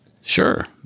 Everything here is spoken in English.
Sure